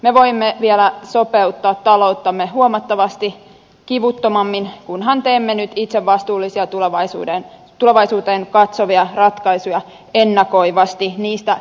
me voimme vielä sopeuttaa talouttamme huomattavasti kivuttomammin kunhan teemme nyt itse vastuullisia tulevaisuuteen katsovia ratkaisuja ennakoivasti